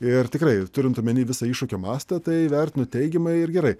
ir tikrai turint omeny visą iššūkio mastą tai vertinu teigiamai ir gerai